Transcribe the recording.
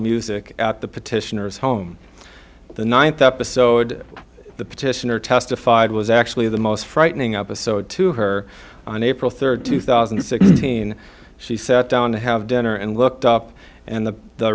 music at the petitioners home the night that the so did the petitioner testified was actually the most frightening up a so to her on april third two thousand and sixteen she sat down to have dinner and looked up and the